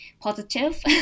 positive